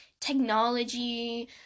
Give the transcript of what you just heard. technology